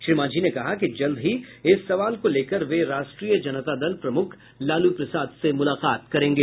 श्री मांझी ने कहा कि जल्द ही इस सवाल को लेकर वे राष्ट्रीय जनता दल प्रमुख लालू प्रसाद से मुलाकात करेंगे